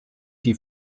die